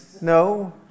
no